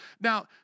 Now